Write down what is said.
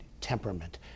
temperament